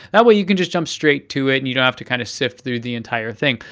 that way you can just jump straight to it and you don't have to kind of sift through the entire thing.